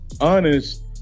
honest